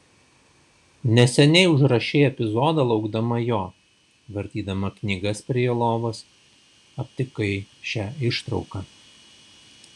neseniai užrašei epizodą laukdama jo vartydama knygas prie jo lovos aptikai šią ištrauką